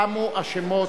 תמו השמות.